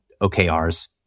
OKRs